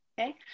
Okay